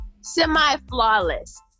semi-flawless